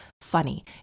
Funny